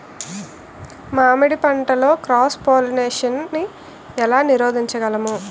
మామిడి పంటలో cross pollination నీ ఏల నీరోధించగలము?